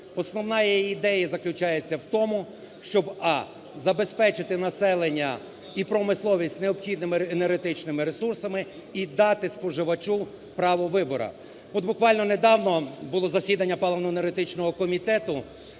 Основна її ідея заключається в тому, щоб: а) забезпечити населення і промисловість необхідними енергетичними ресурсами і дати споживачу право вибору. От буквально недавно було засідання паливно-енергетичного комітету,